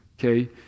okay